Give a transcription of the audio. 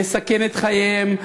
יסכן את חייהם,